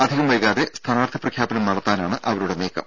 അധികം വൈകാതെ സ്ഥാനാർത്ഥി പ്രഖ്യാപനം നടത്താനാണ് അവരുടെ നീക്കം